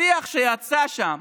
השיח שיצא משם,